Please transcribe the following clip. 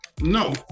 No